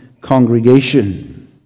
congregation